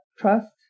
trust